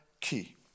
key